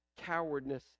cowardness